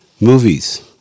movies